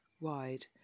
wide